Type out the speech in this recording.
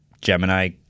Gemini